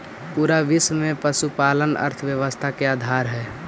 पूरा विश्व में पशुपालन अर्थव्यवस्था के आधार हई